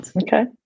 Okay